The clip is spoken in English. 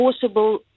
possible